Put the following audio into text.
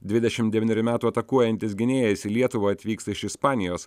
dvidešim devynerių metų atakuojantis gynėjas į lietuvą atvyksta iš ispanijos